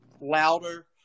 louder